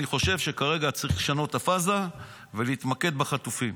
אני חושב שכרגע צריך לשנות את הפאזה ולהתמקד בחטופים.